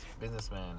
businessman